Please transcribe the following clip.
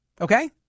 Okay